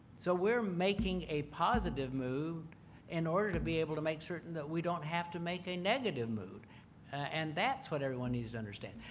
so we are making a positive move in order to be able to make certain that we don't have to make a negative mood and that's what everyone needs to understand.